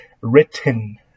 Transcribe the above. Written